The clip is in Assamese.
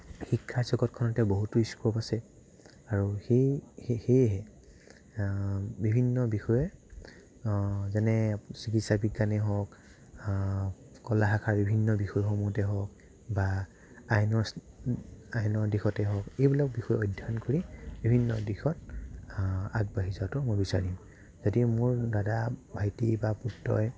শিক্ষা জগতখনতে বহুত স্ক'প আছে আৰু সেই সেয়েহে বিভিন্ন বিষয়ে যেনে চিকিৎসাবিজ্ঞানেই হওক কলা শাখাৰ বিভিন্ন বিষয়সমূহতেই হওক বা আইনৰ আইনৰ দিশতেই হওক এইবিলাক বিষয়ত অধ্যয়ন কৰি বিভিন্ন দিশত আগবাঢ়ি যোৱাতো মই বিচাৰিম যদি মোৰ দাদা ভাইটি বা পুত্ৰই